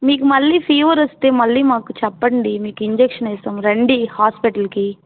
మీకు మళ్ళీ ఫీవర్ వస్తే మళ్ళీ మాకు చెప్పండి మీకు ఇంజెక్షన్ వేస్తాము రండి హాస్పిటల్కి